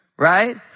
right